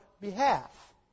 behalf